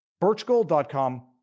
Birchgold.com